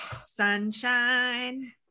Sunshine